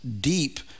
deep